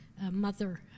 mother